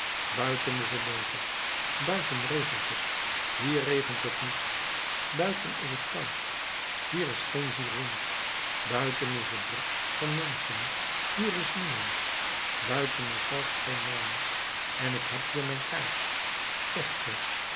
buiten is het donker buiten regent het hier regent het niet buiten is t koud hier is geen zier wind buiten is het druk van menschen hier is niemand buiten is zelfs geen maan en ik heb hier mijn kaars wat zegt ge